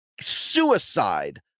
suicide